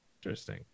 Interesting